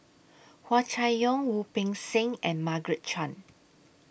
Hua Chai Yong Wu Peng Seng and Margaret Chan